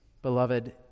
Beloved